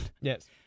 Yes